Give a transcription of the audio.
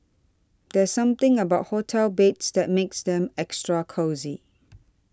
there's something about hotel beds that makes them extra cosy